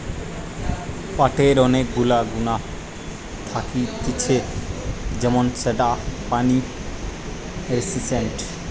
পাটের অনেক গুলা গুণা থাকতিছে যেমন সেটা পানি রেসিস্টেন্ট